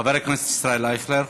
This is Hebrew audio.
חבר הכנסת ישראל אייכלר.